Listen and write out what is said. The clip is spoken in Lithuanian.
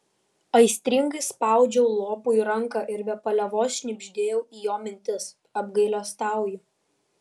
aistringai spaudžiau lopui ranką ir be paliovos šnibždėjau į jo mintis apgailestauju